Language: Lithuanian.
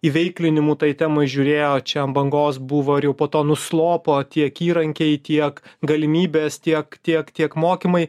įveiklinimų tai temai įžiūrėjo čia bangos buvo ar jau po to nuslopo tiek įrankiai tiek galimybės tiek tiek tiek mokymai